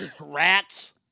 Rats